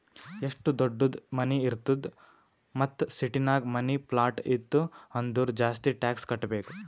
ಎಷ್ಟು ದೊಡ್ಡುದ್ ಮನಿ ಇರ್ತದ್ ಮತ್ತ ಸಿಟಿನಾಗ್ ಮನಿ, ಪ್ಲಾಟ್ ಇತ್ತು ಅಂದುರ್ ಜಾಸ್ತಿ ಟ್ಯಾಕ್ಸ್ ಕಟ್ಟಬೇಕ್